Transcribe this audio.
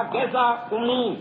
גזע ומין,